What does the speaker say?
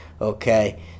okay